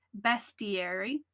bestiary